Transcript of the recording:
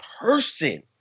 person